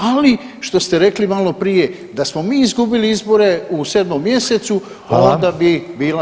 Ali što ste rekli malo prije da smo mi izgubili izbore u 7. mjesecu onda bi [[Upadica: Hvala.]] bila